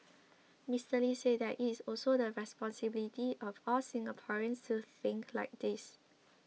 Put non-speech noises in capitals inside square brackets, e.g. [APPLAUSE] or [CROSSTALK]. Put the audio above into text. [NOISE] Mister Lee said that it is also the responsibility of all Singaporeans to think like this